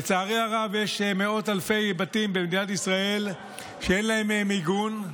לצערי הרב יש מאות אלפי בתים במדינת ישראל שאין להם מיגון,